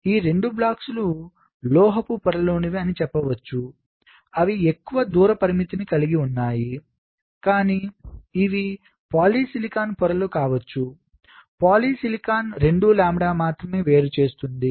ఈ 2 బ్బ్లాక్ లు లోహపు పొరలోనివి అని చెప్పవచ్చు అవి ఎక్కువ దూర పరిమితిని కలిగి ఉన్నాయి కానీ ఇవి పాలిసిలికాన్ పొరలు కావచ్చు పాలిసిలికాన్ 2 లాంబ్డా మాత్రమే వేరు చేస్తుంది